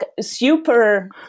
super